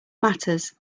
matters